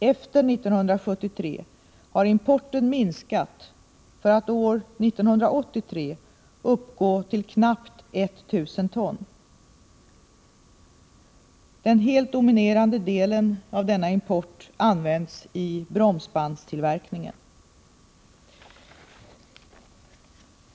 Efter 1973 har importen minskat för att 1983 uppgå till knappt 1000 ton. Den helt dominerande delen av denna import används i bromsbandstillverkningen.